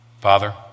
Father